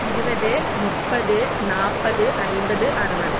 ഇരുപത് മുപ്പത് നാൽപത് അൻപത് അറുപത്